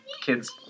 kids